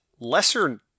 Lesser